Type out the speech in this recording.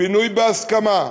פינוי בהסכמה.